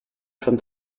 from